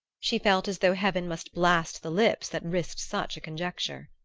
she felt as though heaven must blast the lips that risked such a conjecture.